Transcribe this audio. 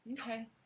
Okay